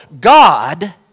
God